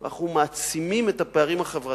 אנו מעצימים את הפערים החברתיים,